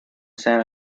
sam